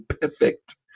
perfect